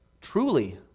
Truly